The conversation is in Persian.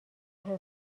حفظ